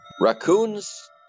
raccoons